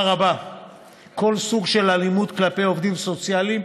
רבה כל סוג של אלימות כלפי עובדים סוציאליים,